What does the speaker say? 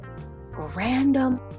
random